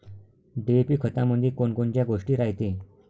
DAP खतामंदी कोनकोनच्या गोष्टी रायते?